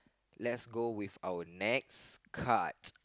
let's go with our next card